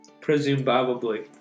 Presumably